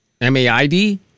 M-A-I-D